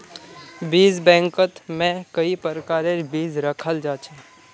बीज बैंकत में कई प्रकारेर बीज रखाल जा छे